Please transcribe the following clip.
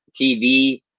TV